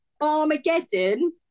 Armageddon